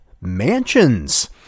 mansions